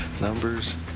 Numbers